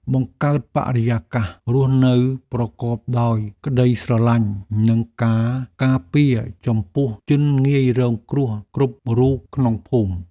បង្កើតបរិយាកាសរស់នៅប្រកបដោយក្តីស្រឡាញ់និងការការពារចំពោះជនងាយរងគ្រោះគ្រប់រូបក្នុងភូមិ។